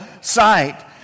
sight